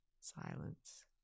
silence